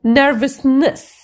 nervousness